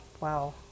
Wow